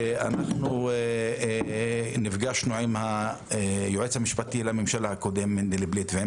ואנחנו נפגשנו עם היועץ המשפטי לממשלה הקודם מנדלבליט ועם